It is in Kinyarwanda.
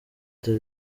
dar